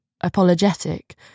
apologetic